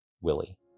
Willie